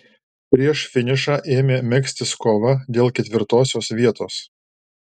prieš finišą ėmė megztis kova dėl ketvirtosios vietos